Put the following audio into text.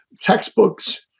textbooks